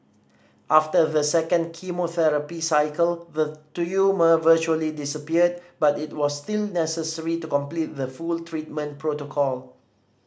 after the second chemotherapy cycle the tumour virtually disappeared but it was still necessary to complete the full treatment protocol